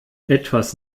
etwas